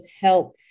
help